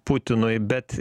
putinui bet